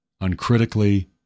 uncritically